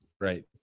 right